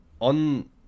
On